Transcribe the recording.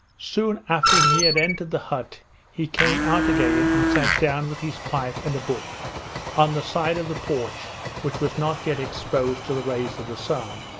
soon after he had entered the hut he came out again and sat down with his pipe and a book on the side of the porch which was not yet exposed to the rays of the sun.